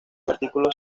artículos